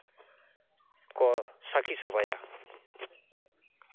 ᱠᱚ ᱥᱟᱹᱠᱷᱤ ᱥᱚᱵᱷᱟᱭᱟ